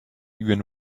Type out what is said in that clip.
even